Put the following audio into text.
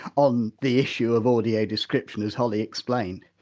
on the issue of audio description, as holly explained